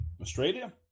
Australia